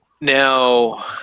Now